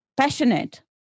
passionate